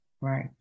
Right